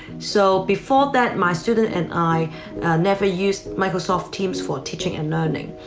so before that, my student and i never used microsoft teams for teaching and learning.